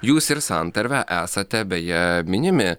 jūs ir santarvė esate beje minimi